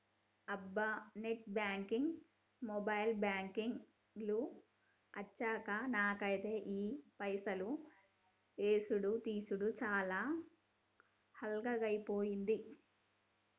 అబ్బా net banking mobile banking లు అచ్చాక నాకైతే ఈ పైసలు యేసుడు తీసాడు చాలా అల్కగైపోయింది